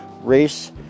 race